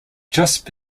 just